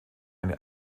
eine